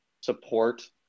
support